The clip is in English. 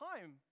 time